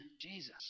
Jesus